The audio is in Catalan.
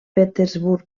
petersburg